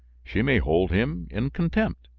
she may hold him in contempt.